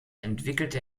entwickelte